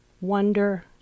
wonder